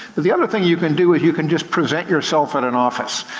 but the other thing you can do is you can just present yourself at an office.